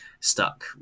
stuck